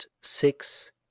six